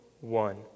one